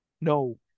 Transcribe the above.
no